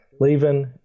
Leaving